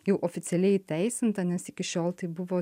jau oficialiai įteisinta nes iki šiol tai buvo